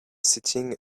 sitting